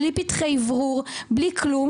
בלי פתחי אוורור ובלי כלום